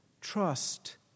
Trust